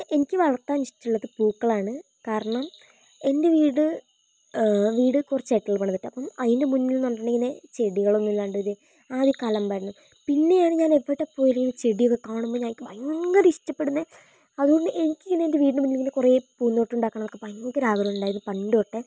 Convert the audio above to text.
എനിക്ക് വളർത്താനിഷ്ടമുള്ളത് പൂക്കളാണ് കാരണം എൻ്റെ വീട് വീട് കുറച്ച് ഹൈറ്റിൽ പണിതിട്ടാണ് അപ്പം അതിൻ്റെ മുന്നിലെന്താന്നുണ്ടെങ്കില് ചെടികളൊന്നുമില്ലാണ്ടൊരു ആകെക്കലമ്പായിരുന്നു പിന്നെയാണ് ഞാനെവിടെപ്പോയാലും ചെടിയൊക്കെ കാണുമ്പോൾ ഞാൻ എനിക്ക് ഭയങ്കര ഇഷ്ടപ്പെടുന്നെ അതുകൊണ്ട് എനിക്കന്നെ എൻ്റെ വീട്ടിൻ്റെ മുന്നില് കുറെ പൂന്തോട്ടം ഉണ്ടാക്കണമെന്നൊക്കെ ഭയങ്കര ആഗ്രഹമൊണ്ടായിരുന്നു പണ്ടുതൊട്ടേ